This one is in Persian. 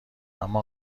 اما